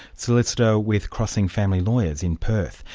solicitor with crossing family lawyers in perth.